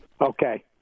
Okay